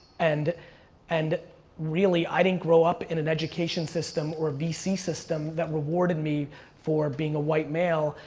and and really, i didn't grow up in an education system or vc system that rewarded me for being a white male,